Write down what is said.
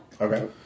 Okay